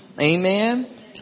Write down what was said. Amen